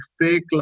fake